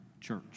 church